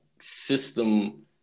system